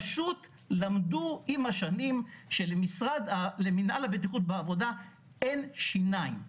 פשוט למדו עם השנים שלמנהל הבטיחות בעבודה אין שניים.